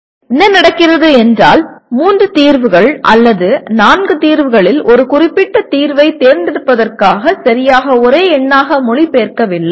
எனவே என்ன நடக்கிறது என்றால் மூன்று தீர்வுகள் அல்லது நான்கு தீர்வுகளில் ஒரு குறிப்பிட்ட தீர்வைத் தேர்ந்தெடுப்பதற்காக சரியாக ஒரே எண்ணாக மொழிபெயர்க்கவில்லை